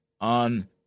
on